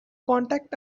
contact